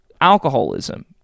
alcoholism